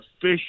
Fish